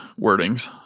wordings